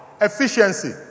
efficiency